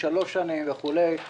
שלוש שנים וכולי.